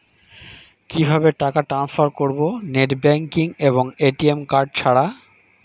কিভাবে টাকা টান্সফার করব নেট ব্যাংকিং এবং এ.টি.এম কার্ড ছাড়া?